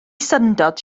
syndod